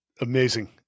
Amazing